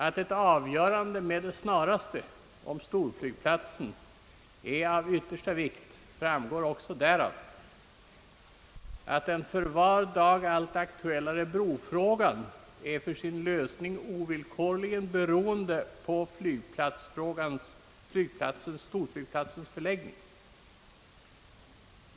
Att ett avgörande med det snaraste beträffande storflygplatsen är av yttersta vikt framgår också därav att den för var dag allt aktuellare brofrågan för sin lösning är ovillkorligen beroende av storflygplatsens förläggning.